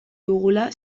dugula